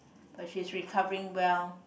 but she's recovering well